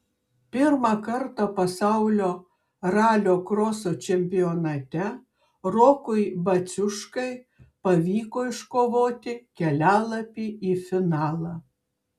pirmą kartą pasaulio ralio kroso čempionate rokui baciuškai pavyko iškovoti kelialapį į finalą